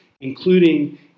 including